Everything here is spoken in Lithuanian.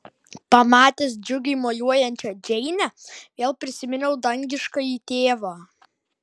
pamatęs džiugiai mojuojančią džeinę vėl prisiminiau dangiškąjį tėvą